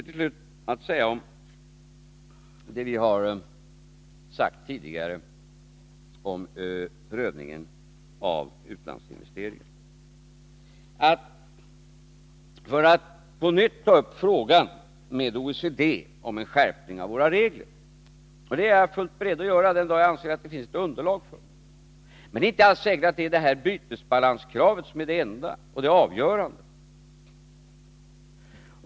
Till slut: När det gäller vad vi har sagt tidigare om prövningen av utlandsinvesteringar och möjligheten att på nytt ta upp frågan om en skärpning av våra regler med OECD, så vill jag säga att jag är fullt beredd att göra det den dag det finns ett underlag för detta. Men det är inte alls säkert att det är bytesbalanskravet som är det enda och det avgörande.